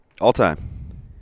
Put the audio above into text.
All-time